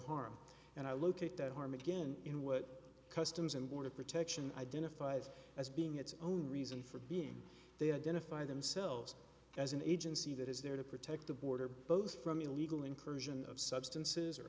harm and i locate that harm again in what customs and border protection identified as being its own reason for being they identify themselves as an agency that is there to protect the border both from illegal incursion of substances or